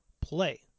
play